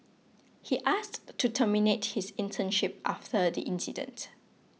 he asked to terminate his internship after the incident